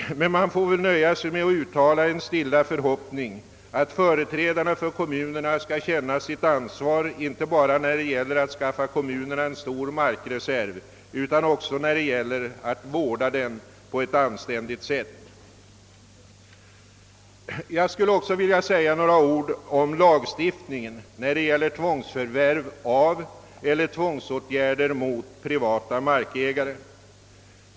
Man får väl nöja sig med att uttala en stilla förhoppning att företrädarna för kommunerna skall känna sitt ansvar inte bara för att skaffa kommunerna en stor markreserv utan också när det gäller att vårda den på ett anständigt sätt. Jag skulle vilja säga några ord om lagstiftningen i fråga om tvångsförvärv av eller tvångsåtgärder mot privata markägare.